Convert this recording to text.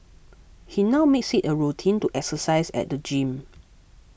he now makes it a routine to exercise at the gym